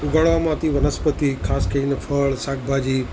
ઉગાડવામાં આવતી વનસ્પતિ ખાસ કરીને ફળ શાકભાજી